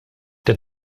der